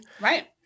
Right